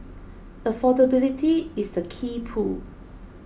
affordability is the key pull